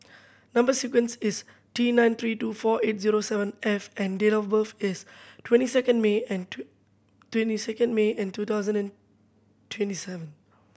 number sequence is T nine three two four eight zero seven F and date of birth is twenty second May and two twenty second May and two thousand and twenty seven